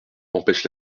empêche